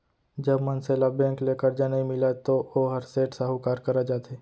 जब मनसे ल बेंक ले करजा नइ मिलय तो वोहर सेठ, साहूकार करा जाथे